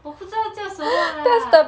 我不知道叫什么 lah